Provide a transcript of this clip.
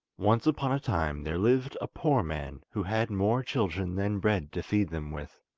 once upon a time there lived a poor man who had more children than bread to feed them with.